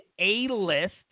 A-list